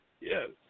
yes